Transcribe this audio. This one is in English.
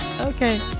Okay